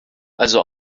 also